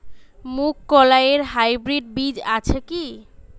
মুগকলাই এর হাইব্রিড বীজ আছে কি?